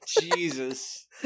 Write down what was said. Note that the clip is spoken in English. Jesus